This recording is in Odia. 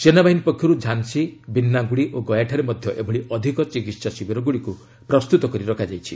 ସେନାବାହିନୀ ପକ୍ଷରୁ ଝାନ୍ସୀ ବିନ୍ନାଗୁଡ଼ି ଓ ଗୟାଠାରେ ମଧ୍ୟ ଏଭଳି ଅଧିକ ଚିକିତ୍ସା ଶିବିରଗୁଡ଼ିକୁ ପ୍ରସ୍ତୁତ କରି ରଖାଯାଇଛି